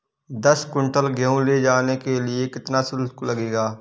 दस कुंटल गेहूँ ले जाने के लिए कितना शुल्क लगेगा?